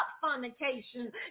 fornication